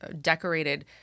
decorated